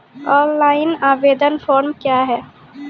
Online आवेदन form क्या हैं?